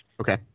Okay